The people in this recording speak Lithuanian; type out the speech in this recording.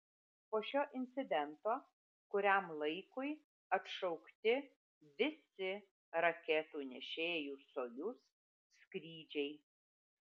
po šio incidento kuriam laikui atšaukti visi raketų nešėjų sojuz skrydžiai